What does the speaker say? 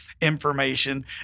information